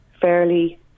fairly